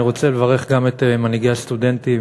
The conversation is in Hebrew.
אני רוצה לברך גם את מנהיגי הסטודנטים